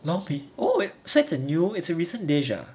cannot be oh it's such a new it's a recent dish ah